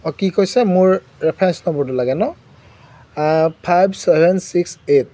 অঁ কি কৈছে মোৰ ৰেফাৰেঞ্চ নম্বৰটো লাগে ন ফাইভ ছেভেন ছিক্স এইট